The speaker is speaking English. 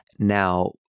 Now